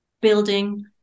building